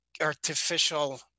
artificial